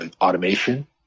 automation